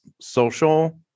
social